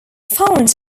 found